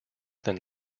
than